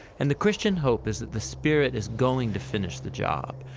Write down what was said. and the christian hope is that the spirit is going to finish the job.